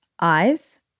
eyes